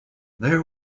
there